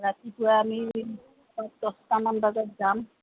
ৰাতিপুৱা আমি দহটামান বাজাত যাম